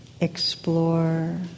explore